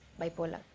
bipolar